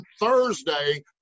Thursday